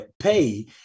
pay